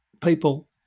people